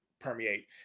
permeate